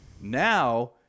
Now